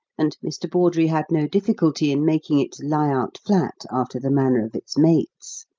and mr. bawdrey had no difficulty in making it lie out flat after the manner of its mates.